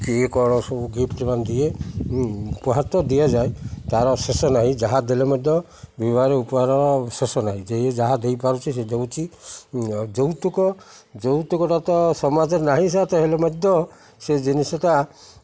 କିଏ କ'ଣ ସବୁ ଗିଫ୍ଟ ସେ ଦିଏ ଉପହାର ତ ଦିଆଯାଏ ତା'ର ଶେଷ ନାହିଁ ଯାହା ଦେଲେ ମଧ୍ୟ ବିବବାହରେ ଉପହାର ଶେଷ ନାହିଁ ଯ ଯାହା ଦେଇପାରୁଛିି ସେ ଦେଉଛି ଆଉ ଯୌତୁକ ଯୌତୁକଟା ତ ସମାଜରେ ନାହିଁ ତା'ହେଲେ ମଧ୍ୟ ସେ ଜିନିଷଟା